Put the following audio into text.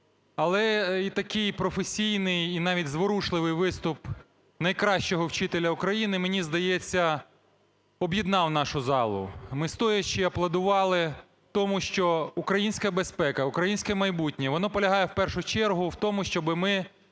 Але такий професійний і навіть зворушливий виступ найкращого вчителя України, мені здається, об'єднав нашу залу. Ми стоячи аплодували тому, що українська безпека, українське майбутнє воно полягає в першу чергу в тому, щоби ми